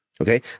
okay